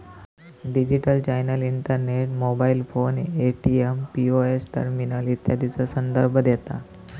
digital channel internet, mobile phone, ATM, POS terminal इत्यादीचो संदर्भ देता